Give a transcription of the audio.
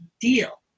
deal